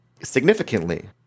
Significantly